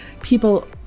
people